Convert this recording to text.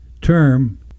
term